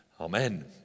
Amen